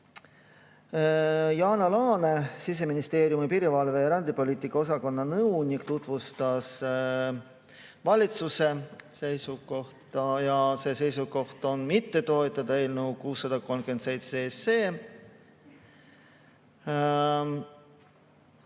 Jana Laane, Siseministeeriumi piirivalve‑ ja rändepoliitika osakonna nõunik, tutvustas valitsuse seisukohta ja see seisukoht on mitte toetada eelnõu 637.